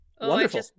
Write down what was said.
Wonderful